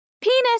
Penis